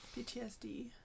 PTSD